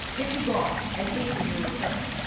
get you gone and hasten your return.